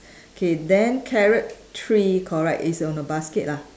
K then carrot three correct it's on a basket lah